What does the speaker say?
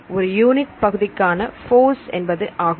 ஒரு யூனிட் பகுதிக்கான போர்ஸ் என்பது ஆகும்